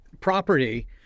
property